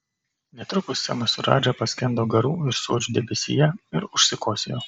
netrukus semas su radža paskendo garų ir suodžių debesyje ir užsikosėjo